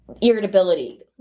irritability